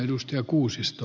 arvoisa puhemies